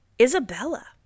Isabella